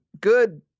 good